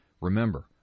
Remember